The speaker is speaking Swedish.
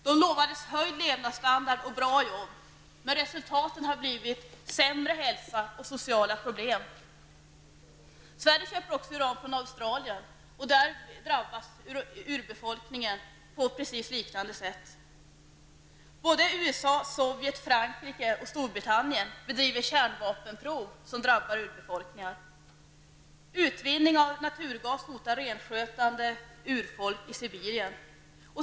De lovades höjd levnadsstandard och bra jobb, men resultatet har blivit sämre hälsa och sociala problem. Sverige köper också uran från Australien, där urbefolkningen drabbas på liknande sätt. USA, Sovjet, Frankrike och Storbritannien bedriver kärnvapenprov som drabbar urbefolkningar. Utvinning av naturgas hotar renskötande urfolk i Sibirien.